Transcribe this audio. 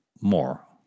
more